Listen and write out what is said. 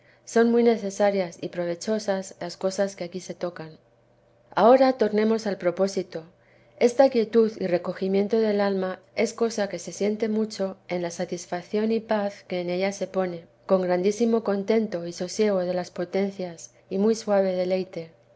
son muy necesarias y provechosas las cosas que aquí se tocan ahora tornemos al propósito esta quietud y recogimiento del alma es cosa que se siente mucho en la satisfacción y paz que en ella se pone con grandísimo contento y sosiego de las potencias y muy suave deleite